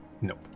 Nope